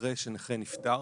אחרי שנכה נפטר